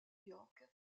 york